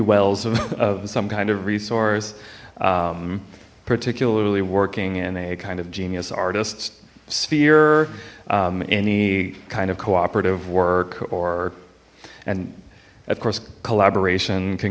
wells of some kind of resource particularly working in a kind of genius artists sphere any kind of cooperative work or and of course collaboration can